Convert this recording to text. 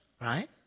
right